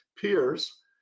peers